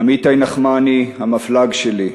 אמיתי נחמני, המפל"ג שלי,